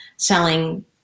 selling